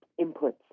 inputs